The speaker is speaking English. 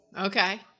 Okay